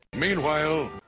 Meanwhile